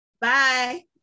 Bye